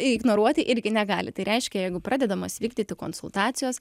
ignoruoti irgi negali tai reiškia jeigu pradedamos vykdyti konsultacijos